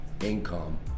income